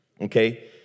okay